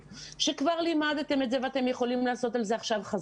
או שהם כבר לימדו את התוכן הזה והם יכולים לעשות עליו חזרה